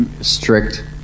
strict